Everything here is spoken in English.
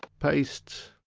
paste.